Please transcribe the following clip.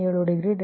807 degree 𝜕31−2